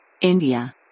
India